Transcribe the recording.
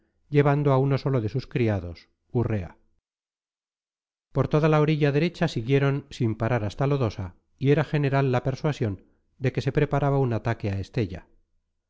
llevando a uno solo de sus criados urrea por toda la orilla derecha siguieron sin parar hasta lodosa y era general la persuasión de que se preparaba un ataque a estella